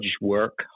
work